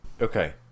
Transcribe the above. okay